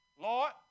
Lord